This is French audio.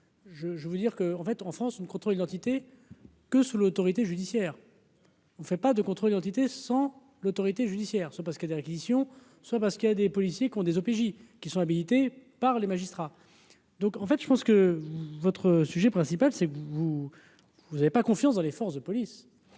je veux dire que en fait en France ne contrôle d'identité que sous l'autorité judiciaire. On ne fait pas de contrôles d'identité sans l'autorité judiciaire, soit parce que des réquisitions, soit parce qu'il y a des policiers qui ont des OPJ qui sont habilités par les magistrats donc en fait je pense que votre sujet principal, c'est vous, vous n'avez pas confiance dans les forces de police